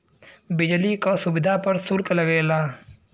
बिजली क सुविधा पर सुल्क लगेला